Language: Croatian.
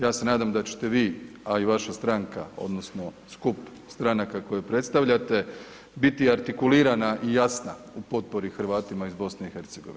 Ja se nadam da ćete vi, a i vaša stranka odnosno skup stranaka koje predstavljate biti artikulirana i jasna u potpori Hrvatima iz BiH.